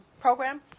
program